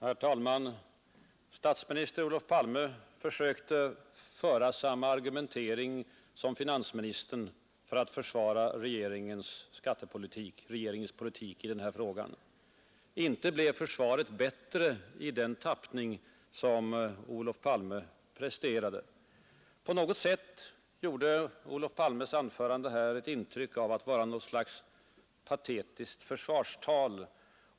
Herr talman! Statsminister Olof Palme försökte föra samma argumentering som finansministern för att försvara regeringens skattepolitik och regeringens politik i den här frågan. Inte blev försvaret bättre i den tappning som Olof Palme presterade. På något sätt gjorde Olof Palmes anförande här ett intryck av att vara något slags patetiskt försvarstal.